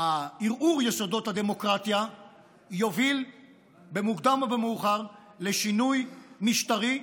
ערעור יסודות הדמוקרטיה יוביל במוקדם או במאוחר לשינוי משטרי,